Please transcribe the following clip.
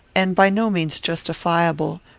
and by no means justifiable,